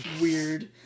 weird